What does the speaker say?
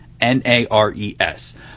N-A-R-E-S